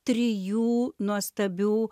trijų nuostabių